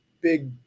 big